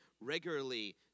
regularly